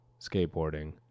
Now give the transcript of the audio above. skateboarding